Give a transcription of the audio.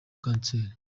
kanseri